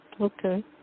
Okay